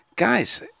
Guys